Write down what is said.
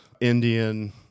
Indian